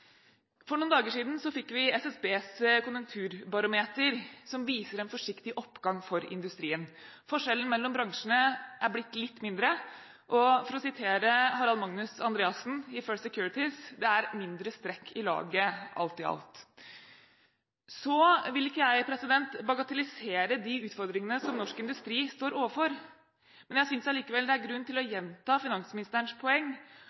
For noen dager siden fikk vi SSBs konjunkturbarometer, som viser en forsiktig oppgang for industrien. Forskjellen mellom bransjene er blitt litt mindre. For å sitere Harald Magnus Andreassen i First Securities: «Det er mindre strekk i laget alt i alt». Så vil ikke jeg bagatellisere de utfordringene som norsk industri står overfor, men jeg synes allikevel det er grunn til å gjenta finansministerens poeng